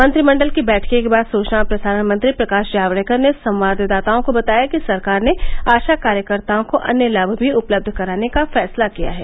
मंत्रिमंडल की बैठक के बाद सूचना और प्रसारण मंत्री प्रकाश जावड़ेकर ने संवाददाताओं को बताया कि सरकार ने आशा कार्यकर्ताओं को अन्य लाभ भी उपलब्ध कराने का फैसला किया है